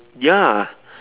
ya